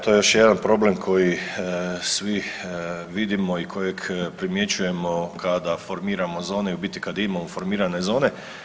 Da, to je još jedan problem koji svi vidimo i kojeg primjećujemo kada formiramo zone i u biti kada imamo formirane zone.